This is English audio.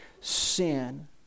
sin